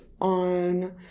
on